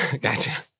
Gotcha